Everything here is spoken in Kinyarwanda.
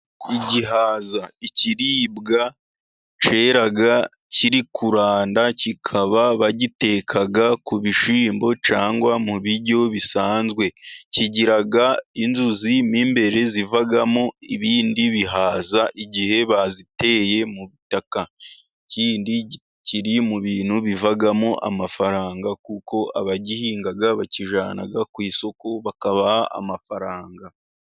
Igihaza, ikiribwa cyera kiri kuranda, bakaba bagiteka ku bishyimbo cyangwa mu biryo bisanzwe, kigira inzuzi mo imbere zivamo ibindi bihaza igihe baziteye mu butaka. Ikindi kiri mu bintu bivamo amafaranga, kuko abagihinga bakijyana ku isoko, bakabaha amafaranga.